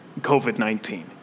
COVID-19